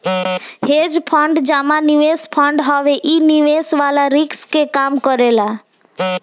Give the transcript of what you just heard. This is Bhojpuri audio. हेज फंड जमा निवेश फंड हवे इ निवेश वाला रिस्क के कम करेला